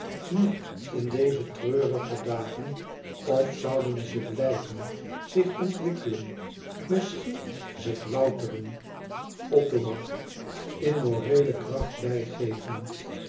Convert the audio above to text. nu in deze treurige dagen of zouden ze blijven zich ontwikkelen misschien zich louteren othomar in moreele kracht bijgeven